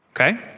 okay